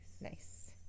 Nice